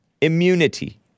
immunity